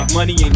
money